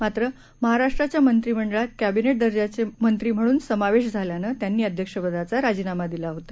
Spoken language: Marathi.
पणमहाराष्ट्राच्यामंत्रिमंडळातक्विनेटदर्जाचेमंत्रीम्हणूनसमावेशझाल्यानेत्यांनीअध्यक्षपदाचाराजीनामादिलाहोता